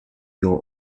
your